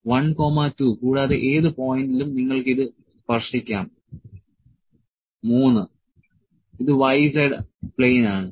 1 2 കൂടാതെ ഏത് പോയിന്റിലും നിങ്ങൾക്ക് ഇത് സ്പർശിക്കാം 3 ഇത് y z പ്ലെയിൻ ആണ്